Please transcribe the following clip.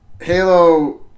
Halo